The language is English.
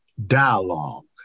dialogue